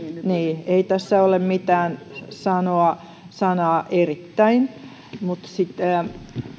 niin ei tässä ole mitään sanaa erittäin sitten